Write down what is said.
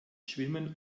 schwimmen